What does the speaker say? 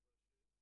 התייחסות,